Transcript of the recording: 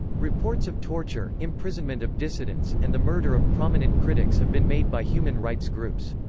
reports of torture, imprisonment of dissidents, and the murder of prominent critics have been made by human rights groups.